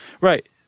Right